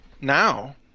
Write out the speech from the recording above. now